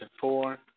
four